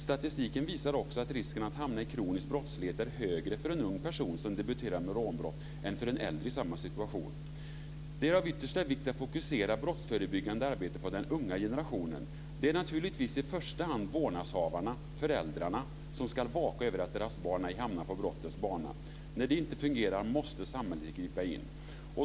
Statistiken visar också att risken att hamna i kronisk brottslighet är högre för en ung person som debuterar med ett rånbrott än för en äldre i samma situation. Det är av yttersta vikt att fokusera brottsförebyggande arbete på den unga generationen. Det är naturligtvis i första hand vårdnadshavarna, föräldrarna, som ska vaka över att deras barn inte hamnar på brottens bana. När det inte fungerar måste samhället gripa in.